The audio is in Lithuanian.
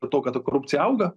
dėl to kad ta korupcija auga